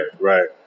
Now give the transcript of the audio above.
right